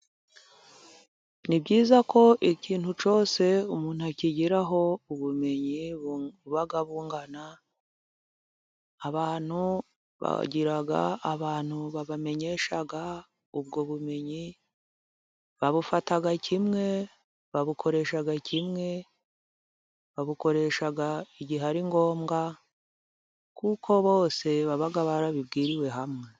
Ni byiza ko ikintu cyose umuntu akigeraho ubumenyi buba bungana, abantu bagira abantu babamenyesha ubwo bumenyi, babufata kimwe, babukoresha kimwe, babukoresha igihe ari ngombwa, kuko bose baba barabibwiriwe hamwe.